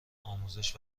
آموزش